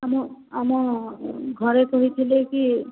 ମୁଁ ଆମ ଘରେ କହିଥିଲେ କି